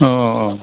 औ औ औ